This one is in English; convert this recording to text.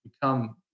become